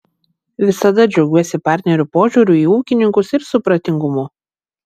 visada džiaugiuosi partnerių požiūriu į ūkininkus ir supratingumu